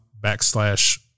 backslash